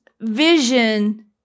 vision